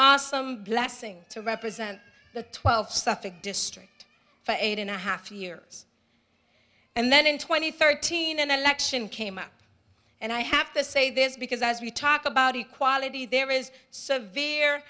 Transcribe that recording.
awesome blessing to represent the twelve suffolk district for eight and a half years and then in twenty thirteen an election came up and i have to say this because as we talk about equality there is so ver